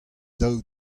daou